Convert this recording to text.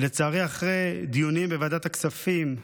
לצערי אחרי דיונים בוועדת הכספים,